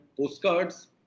postcards